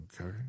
Okay